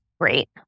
great